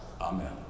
Amen